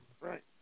Right